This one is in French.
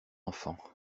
enfant